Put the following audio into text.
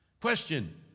Question